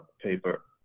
paper